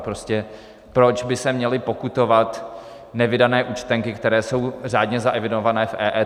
Prostě proč by se měly pokutovat nevydané účtenky, které jsou řádně zaevidované v EET?